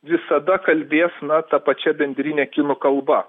visada kalbės na ta pačia bendrine kinų kalba